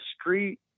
street